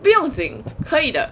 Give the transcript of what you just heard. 不用紧可以的